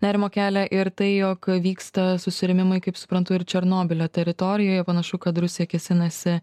nerimo kelia ir tai jog vyksta susirėmimai kaip suprantu ir černobylio teritorijoje panašu kad rusija kėsinasi